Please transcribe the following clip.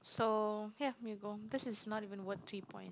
so ya you go this is not even worth three point